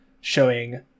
showing